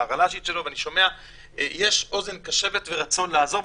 ברל"שית שלו ויש אוזן קשבת ורצון לעזור.